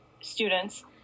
students